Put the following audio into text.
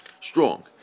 strong